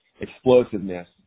explosiveness